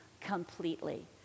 completely